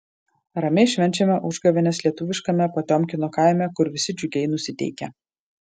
ramiai švenčiame užgavėnes lietuviškame potiomkino kaime kur visi džiugiai nusiteikę